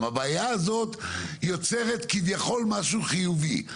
שיוצאת כביכול משהו חיובי,